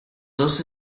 dos